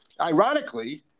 Ironically